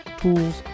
tools